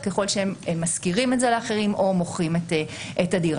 ככל שהם משכירים את זה לאחרים או מוכרים את הדירה,